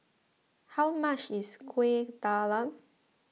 how much is Kueh Talam